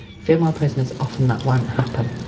female prisoners, often that won't happen.